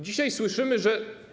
Dzisiaj słyszymy, że.